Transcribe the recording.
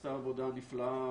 שעשתה עבודה נפלאה,